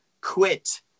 quit